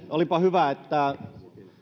olipa hyvä että